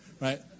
right